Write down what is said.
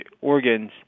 organs